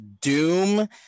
Doom